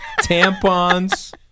tampons